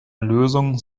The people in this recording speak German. lösung